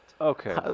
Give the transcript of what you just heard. Okay